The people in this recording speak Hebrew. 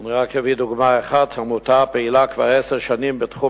אני רק אביא דוגמה אחת: עמותה הפעילה כבר עשר שנים בתחום